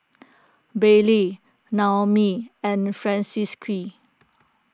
Bailey Naomi and Francisqui